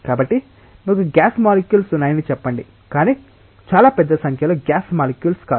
కాబట్టి మీకు gas molecules ఉన్నాయని చెప్పండి కాని చాలా పెద్ద సంఖ్యలో గ్యాస్ మాలిక్యూల్స్ కాదు